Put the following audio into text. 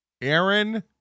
Aaron